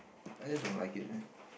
I just don't like it